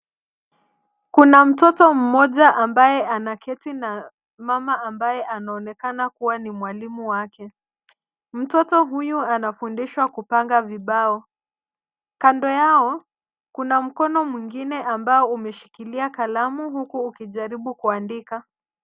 Kuna mtoto moja ambaye anaketi na mama ambaye anaonekana kuwa ni mwalimu wake. Mtoto huyu anafundishwa kupanga vibao. Kando yao kuna mikono mwingine ambao umeshikilia kalamu huku ukijaribu kuandika.